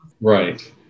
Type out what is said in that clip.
right